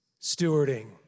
Stewarding